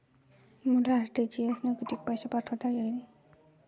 मले आर.टी.जी.एस न कितीक पैसे पाठवता येईन?